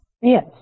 Yes